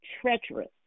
treacherous